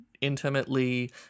intimately